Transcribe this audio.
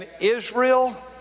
Israel